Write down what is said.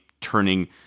turning